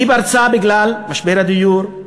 הן פרצו בגלל משבר הדיור,